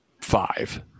five